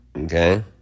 Okay